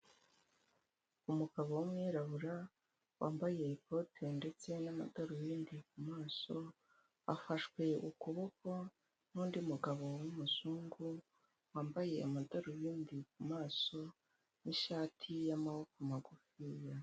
Umugabo w'umwirabura wambaye ikote ndetse n'amadarubindi ku maso, afashwe ukuboko n'undi mugabo w'umuzungu wambaye amadarubindi ku maso n'ishati y'amaboko magufiya.